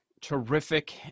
terrific